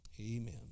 Amen